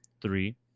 three